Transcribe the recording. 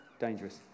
dangerous